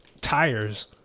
tires